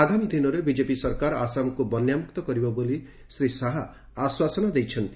ଆଗାମୀ ଦିନରେ ବିଜେପି ସରକାର ଆସାମକୁ ବନ୍ୟାମୁକ୍ତ କରିବ ବୋଲି ଶ୍ରୀ ଶାହା ଆଶ୍ୱାସନା ଦେଇଛନ୍ତି